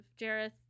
Jareth